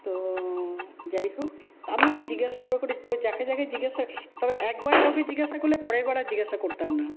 তো যাইহোক আমি ওই জিজ্ঞাসা করে করে যাকে যাকে জিজ্ঞাসা তবে একবার কাওকে জিজ্ঞাসা করলে পরেরবার আর জিজ্ঞাসা করতাম না